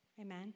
Amen